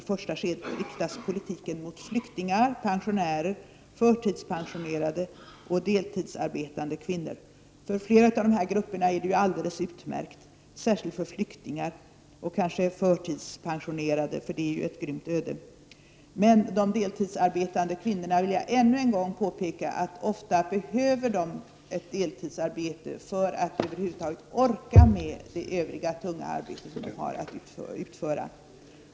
I första skedet riktas politiken mot flyktingar, pensionärer, förtidspensionerade och deltidsarbetande kvinnor. För flera av de här grupperna är det alldeles utmärkt, särskilt för flyktingar och kanske för förtidspensionerade, för deras öde är ju grymt. Men de deltidsarbetande kvinnorna, det vill jag ännu en gång påpeka, behöver ofta ett deltidsarbete för att över huvud taget orka med det övriga tunga arbete de har att utföra.